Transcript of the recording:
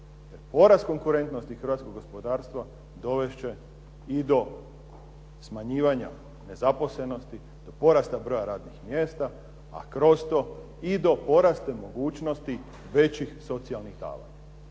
Porast konkurentnosti hrvatskog gospodarstva dovesti će i do smanjivanja nezaposlenosti, do porasta broja radnih mjesta, a kroz to i do porasta mogućnosti većih socijalnih davanja.